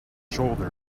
shoulder